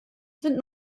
sind